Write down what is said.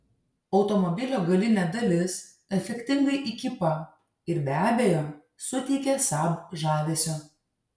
automobilio galinė dalis efektingai įkypa ir be abejo suteikia saab žavesio